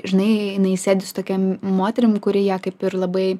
žinai jinai sėdi su tokia moterim kuri ją kaip ir labai